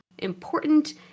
important